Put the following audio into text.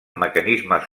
mecanismes